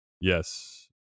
Yes